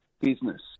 business